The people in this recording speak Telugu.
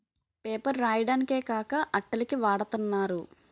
పేపర్ రాయడానికే కాక అట్టల కి వాడతన్నారు